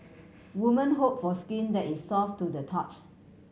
women hope for skin that is soft to the touch